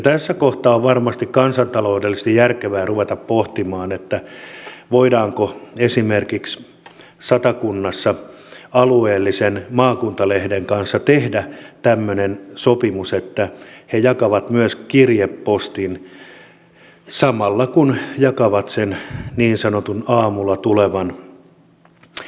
tässä kohtaa on varmasti kansantaloudellisesti järkevää ruveta pohtimaan voidaanko esimerkiksi satakunnassa alueellisen maakuntalehden kanssa tehdä tämmöinen sopimus että he jakavat myös kirjepostin samalla kun jakavat sen niin sanotun aamulla tulevan lehden